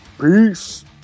Peace